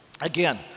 Again